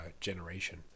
generation